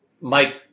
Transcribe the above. Mike